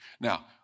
Now